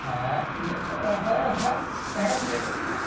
ᱟᱨ ᱚᱱᱟ ᱦᱚᱸ ᱦᱟᱸᱜ ᱦᱮᱲᱮᱢ ᱞᱟᱹᱰᱩ ᱠᱚᱜᱮ